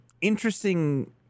interesting